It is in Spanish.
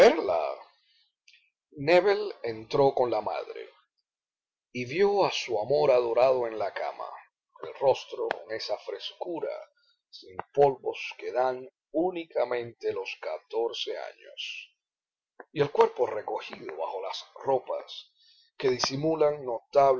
entró con la madre y vió a su amor adorado en la cama el rostro con esa frescura sin polvos que dan únicamente los años y el cuerpo recogido bajo las ropas que disimulaban